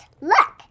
Look